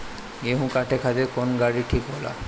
गेहूं काटे खातिर कौन गाड़ी ठीक होला?